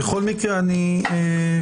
בכל מקרה אני מתנצל,